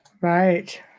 right